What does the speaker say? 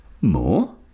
more